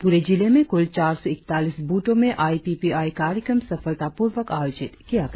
पूरे जिलें में कुल चार सौ इक्तालीस बूथो में आई पी पी आई कार्यक्रम सफलतापूर्वक आयोजित किया गया